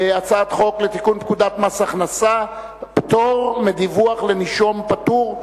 הצעת חוק לתיקון פקודת מס הכנסה (פטור מדיווח לנישום פטור),